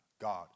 God